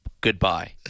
goodbye